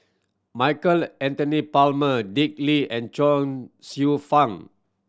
Michael Anthony Palmer Dick Lee and Chuang Fang